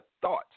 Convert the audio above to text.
thought